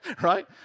Right